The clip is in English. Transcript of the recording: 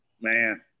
man